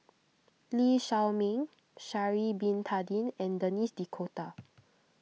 Lee Shao Meng Sha'ari Bin Tadin and Denis D'Cotta